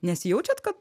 nesijaučiat kad